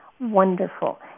wonderful